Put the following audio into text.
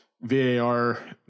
VAR